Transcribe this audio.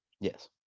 Yes